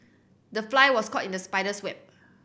the fly was caught in the spider's web